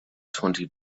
twenty